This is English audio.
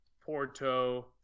Porto